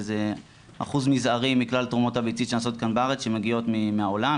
שזה אחוז מזערי מכלל תרומות הביצית שנעשות כאן בארץ שמגיעות מהעולם,